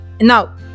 now